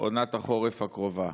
עונת החורף הקרובה.